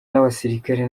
n’abasirikare